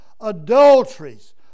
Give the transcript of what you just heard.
adulteries